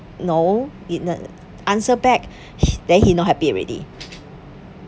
no answer back he then he not happy already